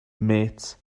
mêts